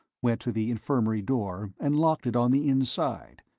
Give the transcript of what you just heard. went to the infirmary door and locked it on the inside.